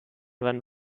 waren